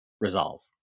resolve